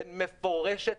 מפורשת,